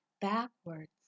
backwards